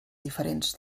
diferents